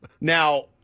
Now